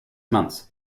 months